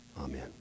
Amen